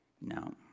no